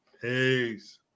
Peace